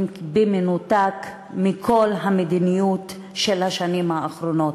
במנותק מכל המדיניות של השנים האחרונות,